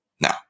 Now